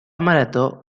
marató